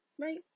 right